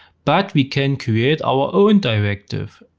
but we can create our own directive.